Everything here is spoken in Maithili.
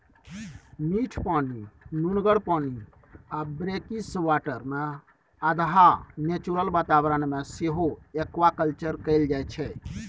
मीठ पानि, नुनगर पानि आ ब्रेकिसवाटरमे अधहा नेचुरल बाताबरण मे सेहो एक्वाकल्चर कएल जाइत छै